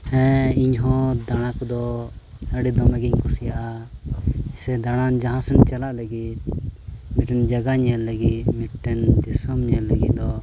ᱦᱮᱸ ᱤᱧᱦᱚᱸ ᱫᱟᱬᱟ ᱠᱚᱫᱚ ᱟᱹᱰᱤ ᱫᱚᱢᱮᱜᱤᱧ ᱠᱩᱥᱤᱭᱟᱜᱼᱟ ᱥᱮ ᱫᱟᱬᱟᱱ ᱡᱟᱦᱟᱸ ᱥᱮᱫ ᱪᱟᱞᱟᱜ ᱞᱟᱹᱜᱤᱫ ᱢᱤᱫᱴᱟᱝ ᱡᱟᱭᱜᱟ ᱧᱮᱞ ᱞᱟᱹᱜᱤᱫ ᱢᱤᱫᱴᱟᱝ ᱫᱤᱥᱚᱢ ᱧᱮᱞ ᱞᱟᱹᱜᱤᱫ ᱫᱚ